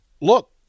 Look